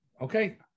okay